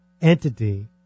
entity